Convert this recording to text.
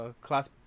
class